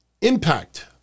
Impact